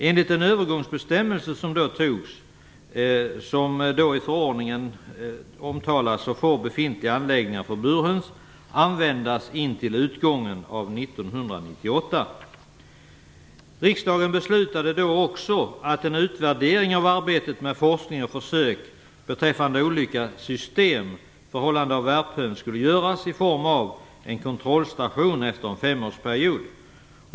Enligt en övergångsbestämmelse till förordningen får befintliga anläggningar för burhöns användas intill utgången av Riksdagen beslutade då också att en utvärdering av arbetet med forskning och försök beträffande olika system för hållande av värphöns skulle göras i form av en s.k. kontrollstation efter en femårsperiod.